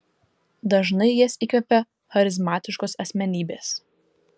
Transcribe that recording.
dažnai jas įkvepia charizmatiškos asmenybės